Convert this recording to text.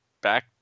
back